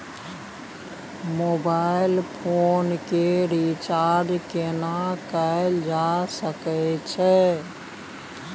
Mobile phone के recharge केना कैल जा सकै छै?